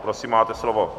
Prosím, máte slovo.